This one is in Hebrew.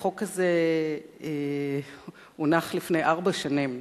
החוק הזה הונח לפני ארבע שנים,